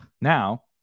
Now